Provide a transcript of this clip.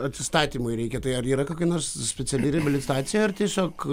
atsistatymui reikia tai ar yra kokia nors speciali reabilitacija ar tiesiog